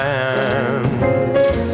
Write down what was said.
hands